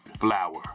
flower